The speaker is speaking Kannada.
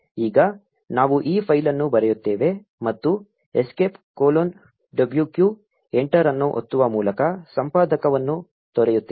ಈಗ ನಾವು ಈ ಫೈಲ್ ಅನ್ನು ಬರೆಯುತ್ತೇವೆ ಮತ್ತು ಎಸ್ಕೇಪ್ ಕೊಲೊನ್ wq ಎಂಟರ್ ಅನ್ನು ಒತ್ತುವ ಮೂಲಕ ಸಂಪಾದಕವನ್ನು ತೊರೆಯುತ್ತೇವೆ